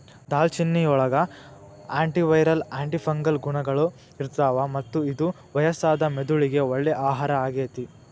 ದಾಲ್ಚಿನ್ನಿಯೊಳಗ antiviral, antifungal ಗುಣಗಳು ಇರ್ತಾವ, ಮತ್ತ ಇದು ವಯಸ್ಸಾದ ಮೆದುಳಿಗೆ ಒಳ್ಳೆ ಆಹಾರ ಆಗೇತಿ